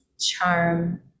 charm